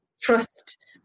trust